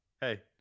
Hey